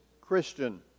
Christian